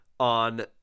...on